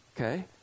okay